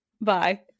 bye